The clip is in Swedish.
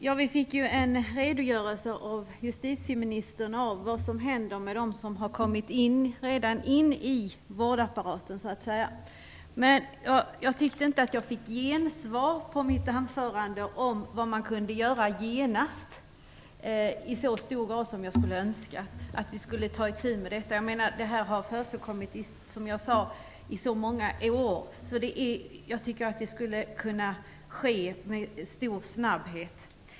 Herr talman! Vi fick en redogörelse av justitieministern av vad som händer med dem som redan kommit in i vårdapparaten. Jag tyckte inte att jag fick något gensvar på mitt anförande, där jag frågade vad som kunde göras genast för att ta itu med problemen. Det här har pågått i så många år att någonting skulle kunna ske med stor snabbhet.